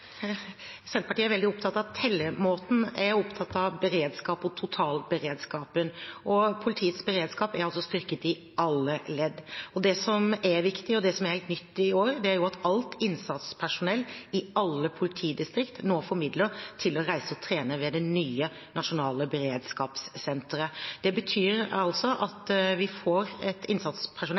Senterpartiet er veldig opptatt av tellemåten. Jeg er opptatt av beredskap og totalberedskapen. Politiets beredskap er styrket i alle ledd. Det som er viktig, og som er helt nytt i år, er at alt innsatspersonell i alle politidistrikter nå får midler til å reise og trene ved det nye nasjonale beredskapssenteret. Det betyr at vi får et